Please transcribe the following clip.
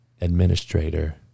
administrator